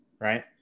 Right